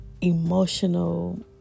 emotional